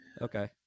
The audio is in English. Okay